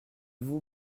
vous